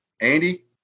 Andy